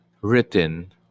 written